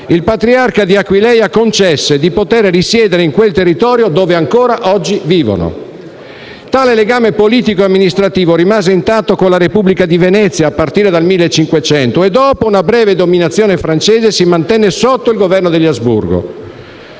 il patriarca di Aquileia concesse di poter risiedere in quel territorio dove ancora oggi vivono. Tale legame politico e amministrativo rimase intatto con la Repubblica di Venezia, a partire dal 1500, e, dopo una breve dominazione francese, si mantenne sotto il governo degli Asburgo.